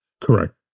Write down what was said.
Correct